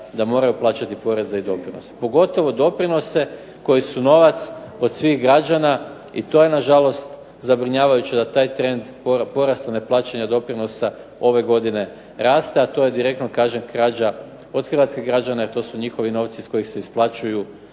da moraju plaćati poreze i doprinose. Pogotovo doprinose koji su novac od svih građana i to je nažalost zabrinjavajuće da taj trend porasta neplaćanja doprinosa ove godine raste, a to je direktno kažem krađa od hrvatskih građana jer to su njihovi novci iz kojih se isplaćuju